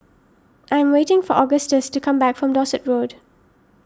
I am waiting for Augustus to come back from Dorset Road